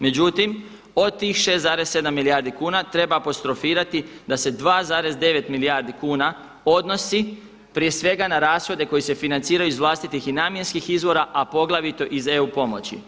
Međutim, od tih 6,7 milijardi kuna treba apostrofirati da se 2,9 milijardi kuna odnosi prije svega na rashode koji se financiraju iz vlastitih i namjenskih izvora, a poglavito iz EU pomoći.